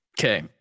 Okay